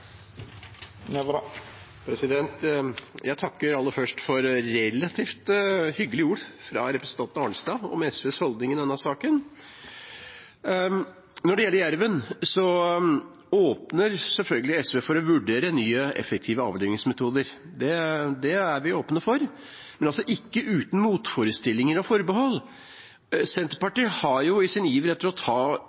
Jeg takker aller først for relativt hyggelige ord fra representanten Arnstad om SVs holdning i denne saken. Når det gjelder jerven, åpner selvfølgelig SV for å vurdere nye, effektive avlivingsmetoder. Det er vi åpne for, men altså ikke uten motforestillinger og forbehold. Senterpartiet har i sin iver etter å ta